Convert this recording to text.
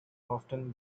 often